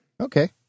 Okay